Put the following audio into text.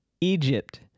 Egypt